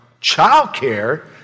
childcare